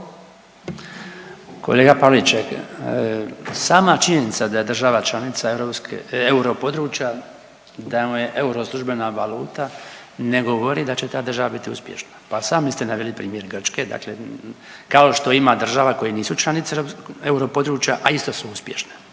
Kolega Pavliček, sama činjenica da je država članica europske, europodručja, da vam je euro službena valuta ne govori da će ta država biti uspješna. Pa sami ste naveli primjer Grčke, dakle kao što ima država koje nisu članice europodručja, a isto su uspješne